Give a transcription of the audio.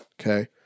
Okay